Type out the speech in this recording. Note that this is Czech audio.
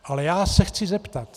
Ale já se chci zeptat.